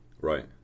right